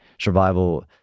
Survival